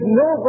no